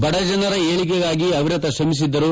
ಬಡಜನರ ಏಳಿಗೆಗಾಗಿ ಅವಿರತ ಶ್ರಮಿಸಿದ್ದರು